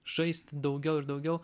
žaist daugiau ir daugiau